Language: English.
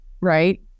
right